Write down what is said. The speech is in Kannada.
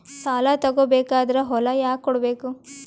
ಸಾಲ ತಗೋ ಬೇಕಾದ್ರೆ ಹೊಲ ಯಾಕ ಕೊಡಬೇಕು?